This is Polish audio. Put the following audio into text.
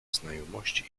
znajomości